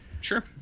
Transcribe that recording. Sure